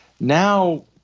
now